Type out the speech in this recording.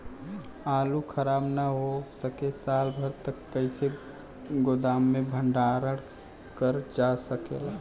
आलू खराब न हो सके साल भर तक कइसे गोदाम मे भण्डारण कर जा सकेला?